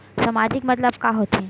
सामाजिक मतलब का होथे?